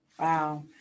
Wow